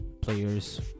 players